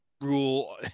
rule